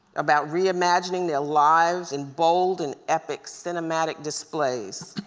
about reimagining their lives in bold and epic cinematic displays,